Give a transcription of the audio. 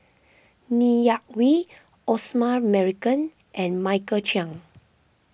Ng Yak Whee Osman Merican and Michael Chiang